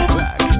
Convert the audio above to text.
back